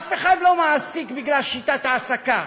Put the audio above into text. אף אחד לא מעסיק בגלל שיטת העסקה,